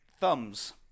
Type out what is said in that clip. thumbs